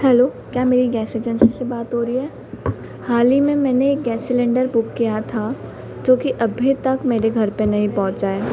hello क्या मेरी gas agency से बात हो रही है हाल ही में मैंने एक गैस सिलेन्डर बुक किया था जो कि अभी तक मेरे घर पर नहीं पहुँचा है